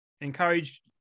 encourage